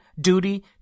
duty